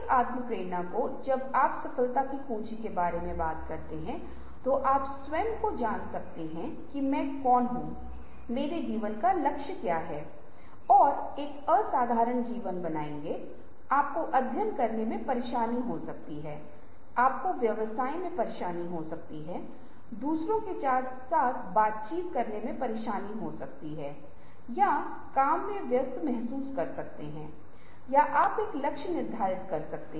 तो इसलिए एक छोटा समूह होगा और कुछ तकनीकें हैं जिनका वे उपयोग कर सकते हैं विचार पीढ़ी और इन तकनीकों पर हम चर्चा करेंगे इनका उल्लेख यहां आप देख सकते हैं और हम एक के बाद एक संक्षिप्त मे चर्चा करेंगे